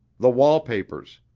the wall papers,